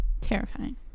Terrifying